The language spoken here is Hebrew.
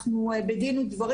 אנחנו בדין ודברים.